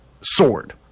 sword